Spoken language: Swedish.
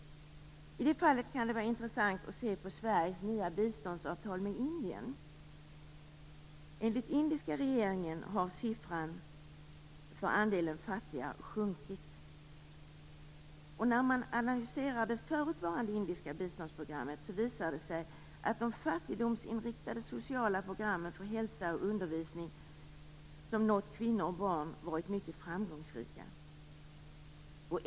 I det fallet kan det vara intressant att se på Sveriges nya biståndsavtal med Indien. Enligt indiska regeringen har siffran för andelen fattiga sjunkit. När man analyserar det förutvarande indiska biståndsprogrammet visar det sig att de fattigdomsinriktade sociala programmen för hälsa och undervisning som nått kvinnor och barn varit mycket framgångsrika.